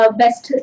best